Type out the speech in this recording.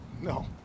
No